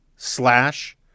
slash